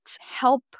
help